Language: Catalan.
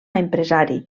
empresari